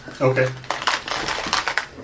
Okay